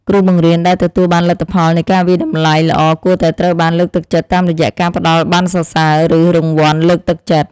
គ្រូបង្រៀនដែលទទួលបានលទ្ធផលនៃការវាយតម្លៃល្អគួរតែត្រូវបានលើកទឹកចិត្តតាមរយៈការផ្តល់ប័ណ្ណសរសើរឬរង្វាន់លើកទឹកចិត្ត។